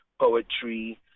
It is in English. poetry